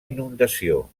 inundació